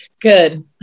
Good